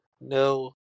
no